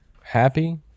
happy